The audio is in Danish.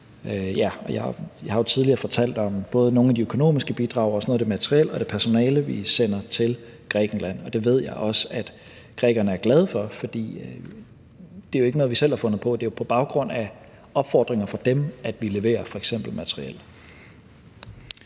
Jeg har jo tidligere fortalt om både nogle af de økonomiske bidrag og noget af det materiel og personale, vi sender til Grækenland. Og det ved jeg også at grækerne er glade for. Det er jo ikke noget, vi selv har fundet på; det er jo på baggrund af opfordringer fra dem, at vi leverer f.eks. materiel.